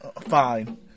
fine